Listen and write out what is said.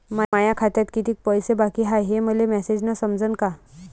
माया खात्यात कितीक पैसे बाकी हाय हे मले मॅसेजन समजनं का?